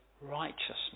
righteousness